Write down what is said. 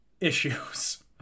issues